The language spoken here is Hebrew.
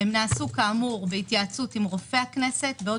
הם נעשו בהתייעצות עם רופא הכנסת בעוד